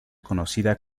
conocida